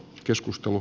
keskustelu